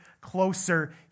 closer